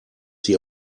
sie